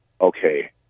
okay